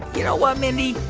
you know what, mindy?